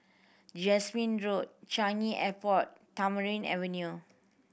Jasmine Road Changi Airport Tamarind Avenue